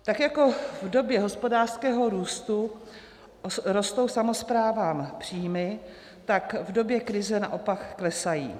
Tak jako v době hospodářského růstu rostou samosprávám příjmy, tak v době krize naopak klesají.